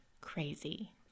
crazy